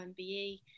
MBE